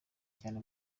cyane